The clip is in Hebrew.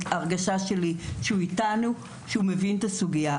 הייתה הרגשה שהוא איתנו, שהוא מבין את הסוגייה.